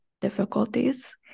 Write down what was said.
difficulties